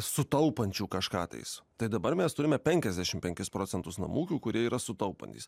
sutaupančių kažką tais tai dabar mes turime penkiasdešim penkis procentus namų ūkių kurie yra sutaupantys